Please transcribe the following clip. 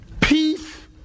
peace